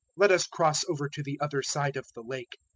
let us cross over to the other side of the lake.